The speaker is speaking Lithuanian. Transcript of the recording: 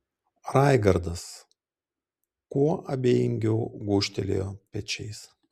raigardas kuo abejingiau gūžtelėjo pečiais